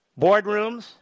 boardrooms